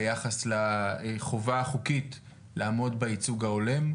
ביחס לחובה החוקית לעמוד בייצוג ההולם.